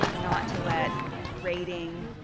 not to let rating,